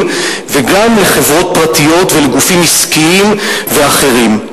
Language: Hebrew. וגם לחברות פרטיות ולגופים עסקיים ואחרים.